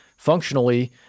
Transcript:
functionally